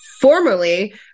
formerly